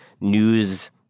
news